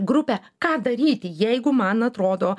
grupę ką daryti jeigu man atrodo